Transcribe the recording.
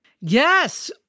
Yes